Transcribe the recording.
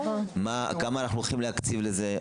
כמה אנחנו הולכים להקציב לזה.